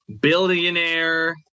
billionaire